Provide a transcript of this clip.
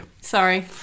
Sorry